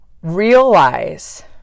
realize